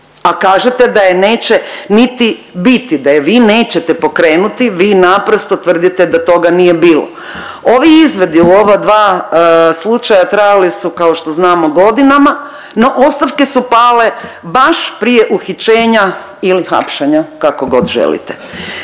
a kažete da je neće niti biti, da je vi nećete pokrenuti. Vi naprosto tvrdite da toga nije bilo. Ovi izvidi u ova dva slučaja trajali su kao što znamo godinama, no ostavke su pale baš prije uhićenja ili hapšenja kako god želite.